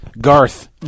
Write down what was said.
Garth